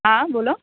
હા બોલો